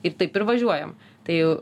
ir taip ir važiuojam tai